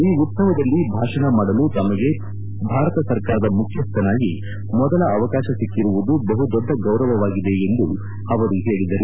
ಈ ಉತ್ತವದಲ್ಲಿ ಭಾಷಣ ಮಾಡಲು ತಮಗೆ ಭಾರತ ಸರ್ಕಾರದ ಮುಖ್ಯಸ್ಥನಾಗಿ ಮೊದಲ ಅವಕಾಶ ಸಿಕ್ಕಿರುವುದು ಬಹುದೊಡ್ಡ ಗೌರವವಾಗಿದೆ ಎಂದು ಅವರು ಹೇಳಿದರು